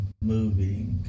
movie